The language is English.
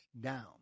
down